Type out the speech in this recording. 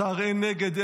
סעיף 1 נתקבל.